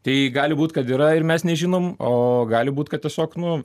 tai gali būt kad yra ir mes nežinom o gali būt kad tiesiog nu